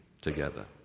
together